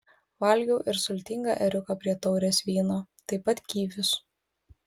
valgiau ir sultingą ėriuką prie taurės vyno taip pat kivius